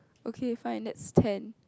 okay fine that's ten